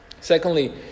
Secondly